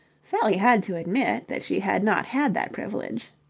sally had to admit that she had not had that privilege.